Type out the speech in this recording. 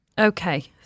Okay